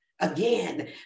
Again